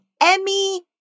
Emmy